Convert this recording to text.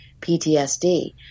PTSD